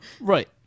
Right